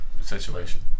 Situation